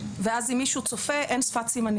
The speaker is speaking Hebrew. ועכשיו אנחנו עושים את זה במסגרת המנהל הפדגוגי.